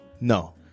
No